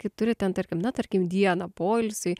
kai turi ten tarkim na tarkim dieną poilsiui